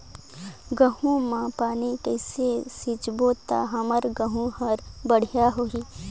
गहूं म पानी कइसे सिंचबो ता हमर गहूं हर बढ़िया होही?